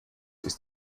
ist